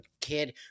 kid